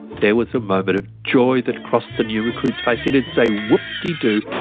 there was a moment of joy that crossed the new recruit's face. it'd say, whoopdeedoo,